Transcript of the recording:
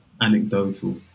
anecdotal